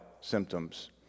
symptoms